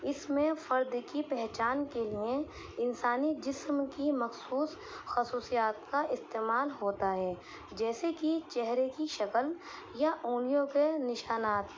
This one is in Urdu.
اس میں فرد کی پہچان کے لیے انسانی جسم کی مخصوص خصوصیات کا استعمال ہوتا ہے جیسے کہ چہرے کی شکل یا انگلیوں کے نشانات